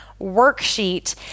worksheet